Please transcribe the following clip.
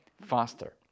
faster